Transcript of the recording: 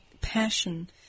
passion